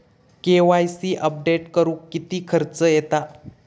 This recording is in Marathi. के.वाय.सी अपडेट करुक किती खर्च येता?